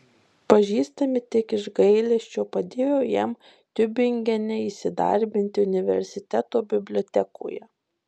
pažįstami tik iš gailesčio padėjo jam tiubingene įsidarbinti universiteto bibliotekoje